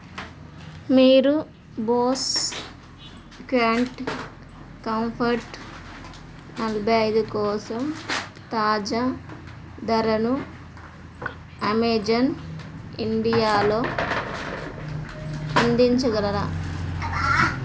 మీరు Bose quiet comfort నలభై అయిదు కోసం తాజా ధరను అమేజాన్ ఇండియాలో అందించగలరా